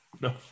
No